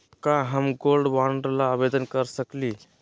का हम gold bond ल आवेदन कर सकली?